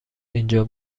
اینجا